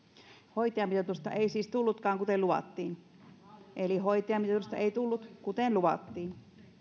hoitajamitoitusta ei siis tullutkaan kuten luvattiin eli hoitajamitoitusta ei tullut kuten luvattiin